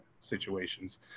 situations